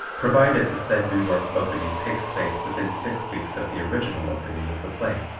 provided the said new york opening takes place within six weeks of the original opening of the play.